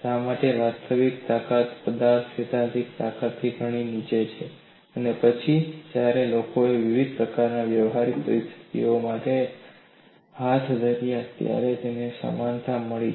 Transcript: શા માટે વાસ્તવિક તાકાત પદાર્થ સૈદ્ધાંતિક તાકાતથી ઘણી નીચે છે અને પછીથી જ્યારે લોકોએ વિવિધ પ્રકારની વ્યવહારિક પરિસ્થિતિઓ માટે હાથ ધર્યા ત્યારે તેમને સમાનતા મળી